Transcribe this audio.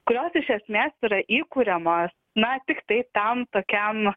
kurios iš esmės yra įkuriamos na tiktai tam tokiam